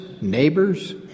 neighbors